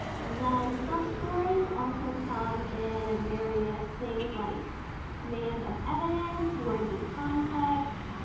and then sub scores also come in various things like command of evidence, words in context,